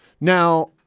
Now